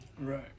Right